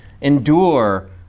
endure